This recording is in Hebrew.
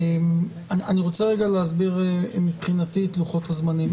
אני רוצה להסביר את לוחות הזמנים מבחינתי.